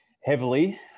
heavily